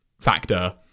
factor